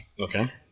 Okay